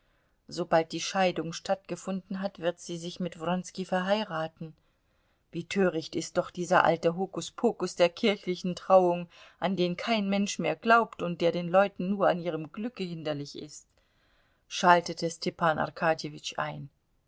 sobald die scheidung stattgefunden hat wird sie sich mit wronski verheiraten wie töricht ist doch dieser alte hokuspokus der kirchlichen trauung an den kein mensch mehr glaubt und der den leuten nur an ihrem glücke hinderlich ist schaltete stepan arkadjewitsch ein